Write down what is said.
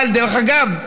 דרך אגב,